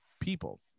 people